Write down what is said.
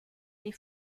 les